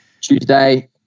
Tuesday